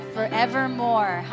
Forevermore